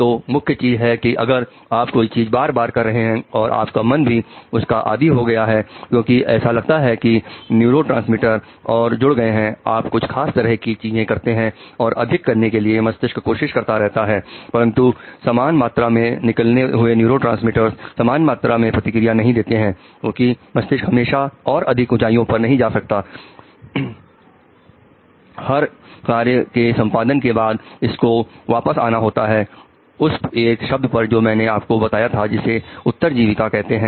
तो मुख्य चीज है कि अगर आप कोई चीज बार बार कर रहे हैं और आपका मन फिर भी उसका आदी हो गया है क्योंकि ऐसा लगता है कि न्यूरोट्रांसमीटर्स और जुड़ गए हैंआप कुछ खास तरह की चीजें करते हैं और अधिक करने के लिए मस्तिष्क कोशिश करता रहता है परंतु समान मात्रा में निकले हुए न्यूरोट्रांसमीटर्स समान मात्रा में प्रतिक्रिया नहीं देते हैं क्योंकि मस्तिष्क हमेशा और अधिक ऊंचाइयों पर नहीं जा सकता मुनीराम हर कार्य के संपादन के बाद इसको वापस आना होता है उस एक शब्द पर जो मैंने आपको बताया था जिसे उत्तरजीविता कहते हैं